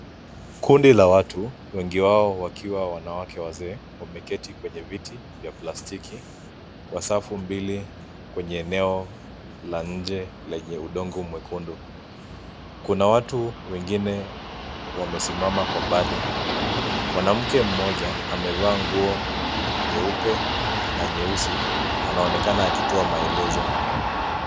Kundi la watu wengi wao wakiwa wanawake wazee wameketi kwenye viti vya plastiki kwa safu mbili kwenye eneo la nje lenye udongo mwekundu. Kuna watu wengine wamesimama kwa mbali. Mwanamke mmoja amevaa nguo nyeupe na nyeusi, anaonekana akitoa maelezo.